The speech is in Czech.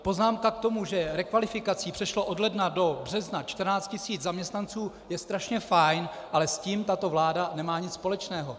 Poznámka k tomu, že rekvalifikací prošlo od ledna do března 14 tis. zaměstnanců, je strašně fajn, ale s tím tato vláda nemá nic společného.